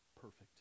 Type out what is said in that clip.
perfect